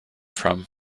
from